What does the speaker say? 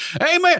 amen